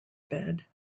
bed